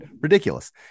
Ridiculous